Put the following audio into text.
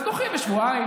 אז דוחים בשבועיים,